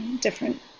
different